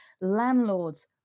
landlords